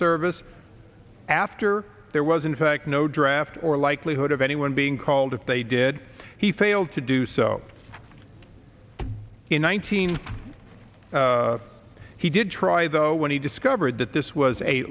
service after there was in fact no draft or likelihood of anyone being called if they did he failed to do so in one thousand nine he did try though when he discovered that this was a